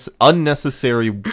unnecessary